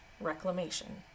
reclamation